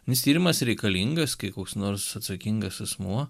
nes tyrimas reikalingas kai koks nors atsakingas asmuo